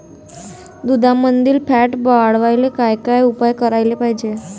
दुधामंदील फॅट वाढवायले काय काय उपाय करायले पाहिजे?